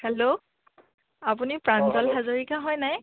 hello আপুনি প্ৰাঞ্চল হাজৰিকা হয় নাই